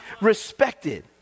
respected